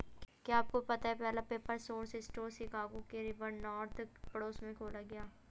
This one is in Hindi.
क्या आपको पता है पहला पेपर सोर्स स्टोर शिकागो के रिवर नॉर्थ पड़ोस में खोला गया?